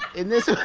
in this